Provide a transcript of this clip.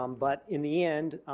um but, in the end